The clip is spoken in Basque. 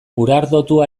urardotu